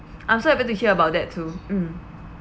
I'm so happy to hear about that too mm